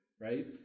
right